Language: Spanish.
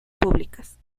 públicas